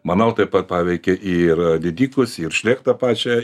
manau taip pat paveikė ir didikus ir šlėktą pačią